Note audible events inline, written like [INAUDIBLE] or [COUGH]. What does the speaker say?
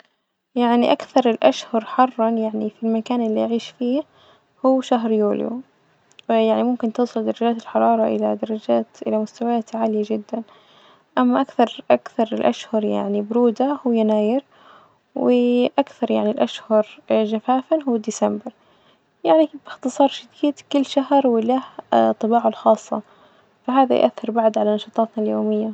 يعني أكثر الأشهر حرا يعني في المكان اللي أعيش فيه هو شهر يوليو، فيعني ممكن توصل درجات الحرارة إلى درجات إلى مستويات عالية جدا، أما أكثر- أكثر الأشهر يعني برودة هو يناير، وأكثر يعني الأشهر جفافا هو ديسمبر، يعني بإختصار شديد كل شهر وله [HESITATION] طباعه الخاصة، فهذا يؤثر بعد على نشاطاتنا اليومية.